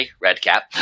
redcap